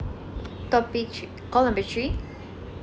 call number three